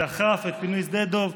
דחף את פינוי שדה דב,